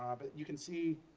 ah but you can see,